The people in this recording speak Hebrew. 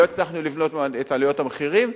לא הצלחנו לבלום את עליות המחירים,